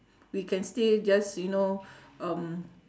we can still just you know um